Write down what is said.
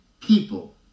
people